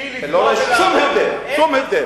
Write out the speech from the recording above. אין שום הבדל.